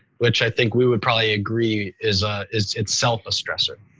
which i think we would probably agree is ah is itself a stressor.